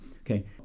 Okay